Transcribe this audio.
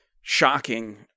shocking